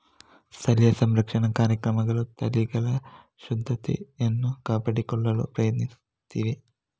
ಸ್ಥಳೀಯ ಸಂರಕ್ಷಣಾ ಕಾರ್ಯಕ್ರಮಗಳು ತಳಿಗಳ ಶುದ್ಧತೆಯನ್ನು ಕಾಪಾಡಿಕೊಳ್ಳಲು ಪ್ರಯತ್ನಿಸುತ್ತಿವೆ